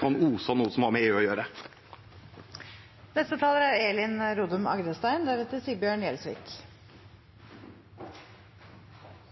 kan ose av noe som har med EU å gjøre. I proposisjonen ber regjeringen Stortinget om samtykke til regler som er